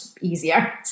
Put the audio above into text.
easier